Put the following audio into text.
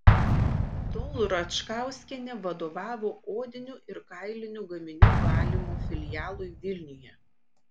iki tol račkauskienė vadovavo odinių ir kailinių gaminių valymo filialui vilniuje